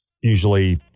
Usually